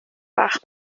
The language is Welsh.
bach